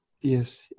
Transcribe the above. Yes